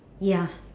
ya